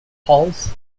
halls